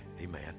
Amen